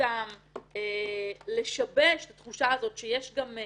שמטרתם לשבש את התחושה הזאת שיש גם אמת.